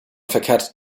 verkehrt